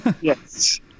Yes